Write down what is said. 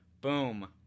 Boom